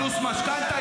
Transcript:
פלוס משכנתה,